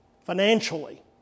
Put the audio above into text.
financially